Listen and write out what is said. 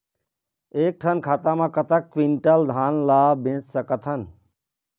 एक ठन खाता मा कतक क्विंटल धान ला बेच सकथन?